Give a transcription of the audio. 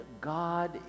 God